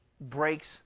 breaks